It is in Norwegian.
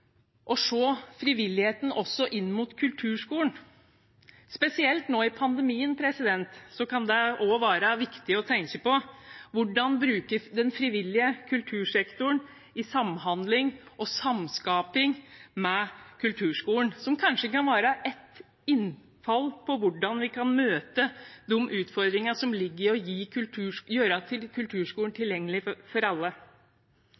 å se på frivilligheten også opp mot kulturskolen. Spesielt nå under pandemien kan det være viktig å tenke på hvordan en kan bruke den frivillige kultursektoren i samhandling og samskaping med kulturskolen, som kanskje kan være en innfallsvinkel til hvordan man kan møte de utfordringene som finnes for å gjøre kulturskolen tilgjengelig for alle.